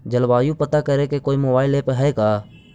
जलवायु पता करे के कोइ मोबाईल ऐप है का?